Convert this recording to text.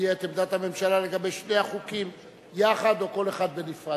יודיע את עמדת הממשלה לגבי שני החוקים יחד או כל אחד בנפרד,